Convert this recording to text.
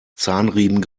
zahnriemen